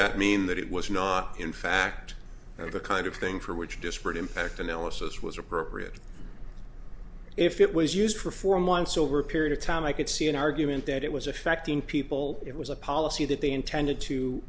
that mean that it was not in fact the kind of thing for which disparate impact analysis was appropriate if it was used for four months over a period of time i could see an argument that it was affecting people it was a policy that they intended to